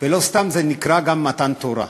ולא סתם זה נקרא גם מתן תורה.